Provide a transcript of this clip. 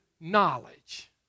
knowledge